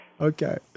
Okay